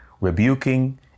rebuking